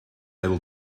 able